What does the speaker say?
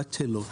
בטלות.